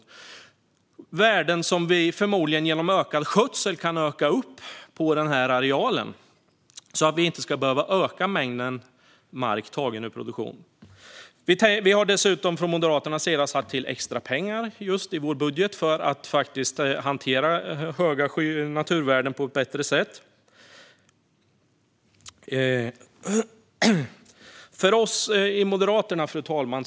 Det är värden som vi förmodligen genom ökad skötsel kan öka på den här arealen så att vi inte ska behöva öka mängden mark tagen ur produktion. Vi har dessutom från Moderaterna satt till extra pengar i vår budget för att hantera höga naturvärden på ett bättre sätt. Fru talman!